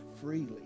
freely